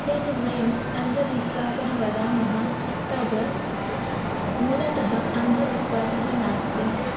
यद् वयम् अन्धविश्वासः वदामः तद् मूलतः अन्धविश्वासः नास्ति